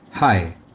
Hi